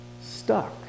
stuck